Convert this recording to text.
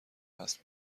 است